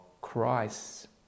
Christ